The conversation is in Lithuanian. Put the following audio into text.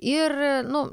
ir nu